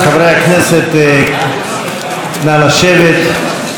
חברי הכנסת, נא לשבת.